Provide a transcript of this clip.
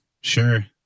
Sure